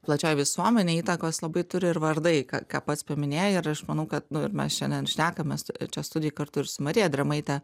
plačioj visuomenėj įtakos labai turi ir vardai ką ką pats paminėjai ir aš manau kad nu ir mes šiandien šnekame čia studijoj kartu ir su marija drėmaite